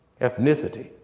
Ethnicity